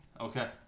Okay